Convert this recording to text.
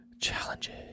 challenges